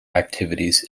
activities